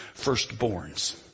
firstborns